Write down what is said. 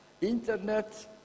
Internet